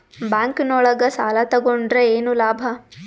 Bank ನೊಳಗ ಸಾಲ ತಗೊಂಡ್ರ ಏನು ಲಾಭ?